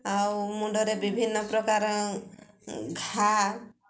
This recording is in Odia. ଆଉ ମୁଣ୍ଡରେ ବିଭିନ୍ନ ପ୍ରକାର ଘାଆ